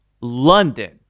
London